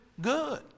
good